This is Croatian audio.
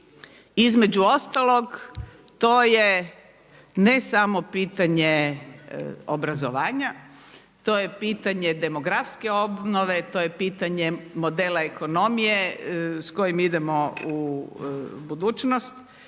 Između ostalog to je ne samo pitanje obrazovanja, to je pitanje demografske obnove, to je pitanje modela ekonomije s kojim idemo u budućnost.